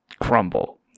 crumble